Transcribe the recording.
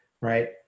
Right